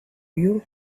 you